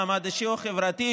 מעמד אישי או חברתי,